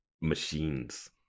machines